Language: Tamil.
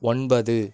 ஒன்பது